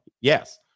yes